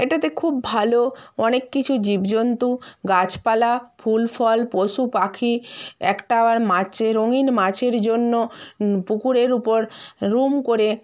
এটাতে খুব ভালো অনেক কিছু জীবজন্তু গাছপালা ফুল ফল পশু পাখি একটা আবার মাছের রঙিন মাছের জন্য পুকুরের উপর রুম করে